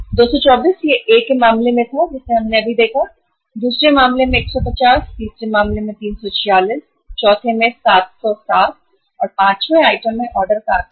224 यह A के मामले में था जिसे हमने अभी देखा दूसरे मामले में 150 तीसरे मामले में 346 चौथे में 707 और पांचवें आइटम में ऑर्डर का आकार 1500 यूनिट है